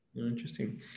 Interesting